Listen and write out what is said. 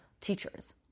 teachers